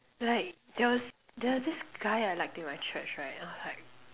like there was there was this guy I liked in my church right then I was like